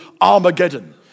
Armageddon